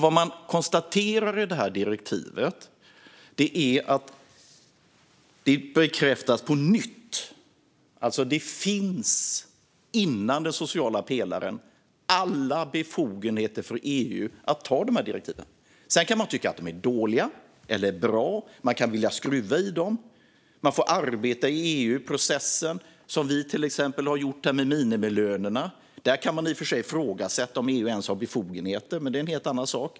Vad man konstaterar i direktivet är att det bekräftas på nytt. Redan före den sociala pelaren finns alltså alla befogenheter för EU att anta de här direktiven. Sedan kan man tycka att de är dåliga eller bra. Man kan vilja skruva i dem. Man får arbeta i EU-processen, som vi har gjort till exempel med minimilönerna. Där kan man i och för sig ifrågasätta om EU ens har befogenheter, men det är en helt annan sak.